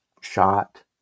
shot